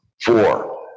Four